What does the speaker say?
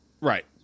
Right